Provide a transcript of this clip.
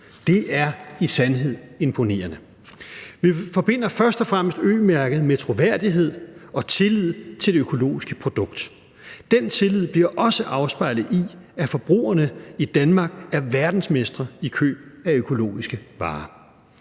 Det er i sandhed imponerende. Vi forbinder først og fremmest Ø-mærket med troværdighed og tillid til det økologiske produkt. Den tillid bliver også afspejlet i, at forbrugerne i Danmark er verdensmestre i køb af økologiske varer.